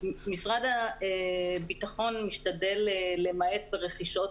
משרד הביטחון משתדל למעט ברכישות